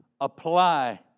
apply